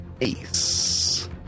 Ace